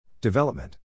Development